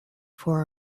for